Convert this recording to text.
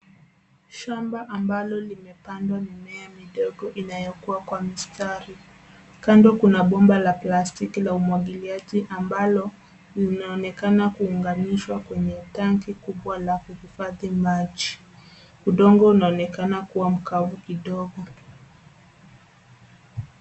Shamba ambalo limepandwa mimea midogo inayokua kwa mstari, kando kuna bomba la plastiki la umwagiliaji ambalo linaonekana kuunganishwa kwenye tanki kubwa la kuhifadhi maji. Udongo unaonekana kuwa mkavu kidogo.